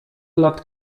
lat